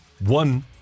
one